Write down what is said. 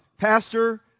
Pastor